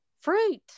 fruit